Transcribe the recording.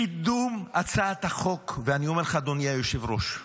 קידום הצעת החוק, ואני אומר לך, אדוני היושב-ראש,